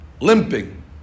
Limping